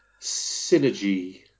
synergy